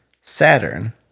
Saturn